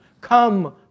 come